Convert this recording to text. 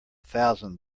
thousand